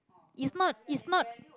is not is not